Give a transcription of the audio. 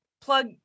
plug